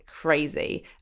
crazy